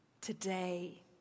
today